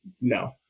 no